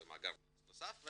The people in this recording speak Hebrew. מאגר נוסף,